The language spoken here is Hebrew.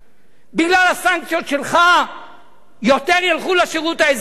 בגלל הסנקציות שלך יותר ילכו לשירות האזרחי?